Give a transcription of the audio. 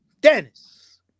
Dennis